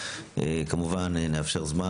אחרי שניתן גם זמן